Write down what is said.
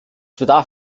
bedarf